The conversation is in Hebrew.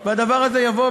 והדבר הזה יבוא,